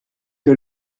que